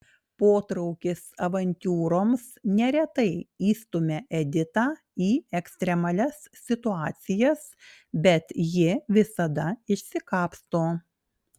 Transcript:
potraukis avantiūroms neretai įstumia editą į ekstremalias situacijas bet ji visada išsikapsto